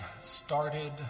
started